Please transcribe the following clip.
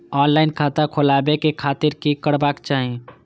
Online खाता खोलाबे के खातिर कि करबाक चाही?